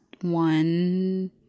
one